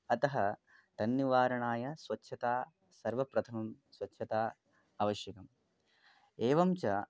अतः तन्निवारणाय स्वच्छता सर्वप्रथमं स्वच्छता आवश्यकम् एवं च